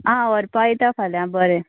आं व्हरपाक येता फाल्या बरें